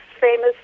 famous